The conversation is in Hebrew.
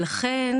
לכן,